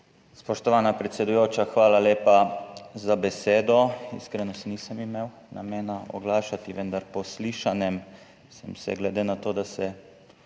Spoštovana predsedujoča, hvala lepa za besedo. Iskreno se nisem imel namena oglašati, vendar sem se po slišanem, glede na to, da se